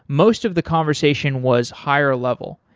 most of the conversation was higher-level.